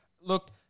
Look